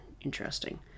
interesting